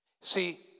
See